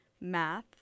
math